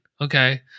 okay